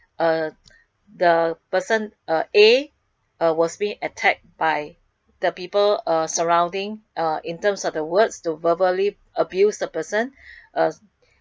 uh the person uh A uh was being attacked by the people uh surrounding uh in terms of the words to verbally abuse the person uh